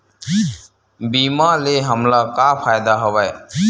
बीमा ले हमला का फ़ायदा हवय?